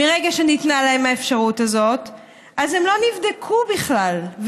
מרגע שניתנה להם האפשרות הזאת הם לא נבדקו בכלל.